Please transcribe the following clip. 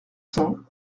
cents